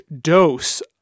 dose